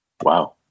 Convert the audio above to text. Wow